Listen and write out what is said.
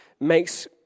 makes